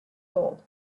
gold